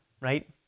right